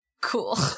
Cool